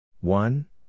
one